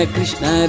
Krishna